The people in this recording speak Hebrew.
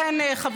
תודה.